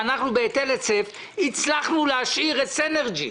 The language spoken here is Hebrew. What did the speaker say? שאנחנו בהיטל היצף הצלחנו להשאיר את סינרג'י,